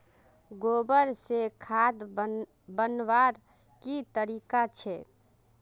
गोबर से खाद बनवार की तरीका छे?